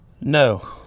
No